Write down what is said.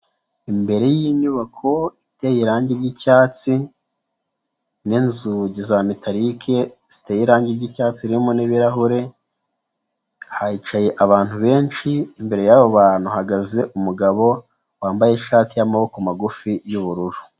Imbere y'inyubako iteye irangi ry'icyatsi n'inzugi za metalike ziteye irangi'cyatsi ririmo n'ibirahure, hicaye abantu benshi, imbere yabo bantu hahagaze umugabo wambaye ishati y'amaboko magufi y'ubururu.